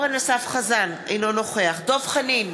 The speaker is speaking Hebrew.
אינו נוכח דב חנין,